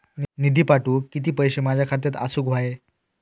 निधी पाठवुक किती पैशे माझ्या खात्यात असुक व्हाये?